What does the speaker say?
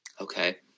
Okay